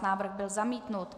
Návrh byl zamítnut.